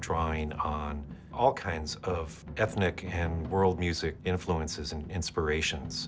drawing all kinds of ethnic and world music influences and inspirations